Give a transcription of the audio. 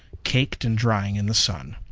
caked and drying in the sun.